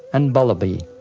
and ballabhi.